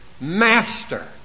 master